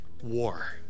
war